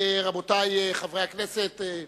רבותי חברי הכנסת,